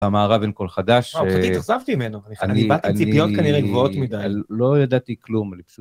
במערב אין כל חדש. וואו מבחינתי התאכזבתי ממנו, אני באתי בציפיות כנראה גבוהות מדי. אני לא ידעתי כלום, אני פשוט...